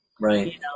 Right